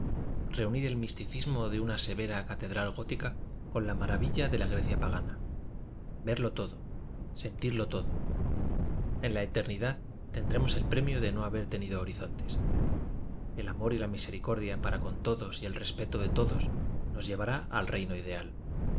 reunir el misticismo de una severa cate dral gótica con la maravilla de la grecia pagana verlo todo sentirlo todo en la biblioteca nacional de españa eternidad tendremos el premio de no haber nido horizontes el amor y la misericorqa para con todos y el respeto de todos j os llevará al reino ideal